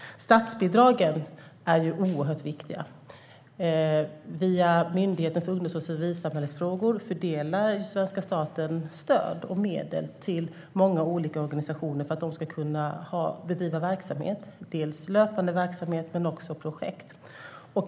Statsbidragen är viktiga. Via Myndigheten för ungdoms och civilsamhällesfrågor fördelar svenska staten stöd och medel till många olika organisationer för att de ska kunna bedriva verksamhet, dels löpande verksamhet, dels projekt.